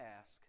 ask